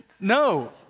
No